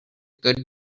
good